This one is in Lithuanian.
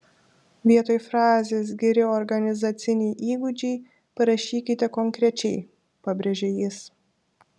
vietoj frazės geri organizaciniai įgūdžiai parašykite konkrečiai pabrėžia jis